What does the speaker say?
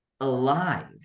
alive